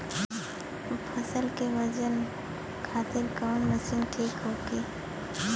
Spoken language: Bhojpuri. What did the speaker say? फसल के वजन खातिर कवन मशीन ठीक होखि?